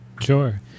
Sure